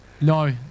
no